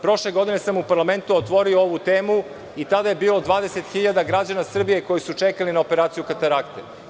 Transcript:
Prošle godine sam u parlamentu otvorio ovu temu i tada je bilo 20.000 građana Srbije koji su čekali na operaciju katarakte.